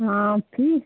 हां फी